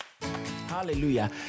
Hallelujah